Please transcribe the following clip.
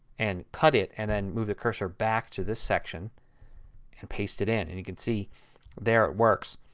and cut it. and then move the cursor back to this section and paste it in. and you can see there it works